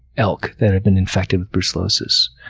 elk that have been infected with brucellosis.